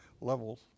levels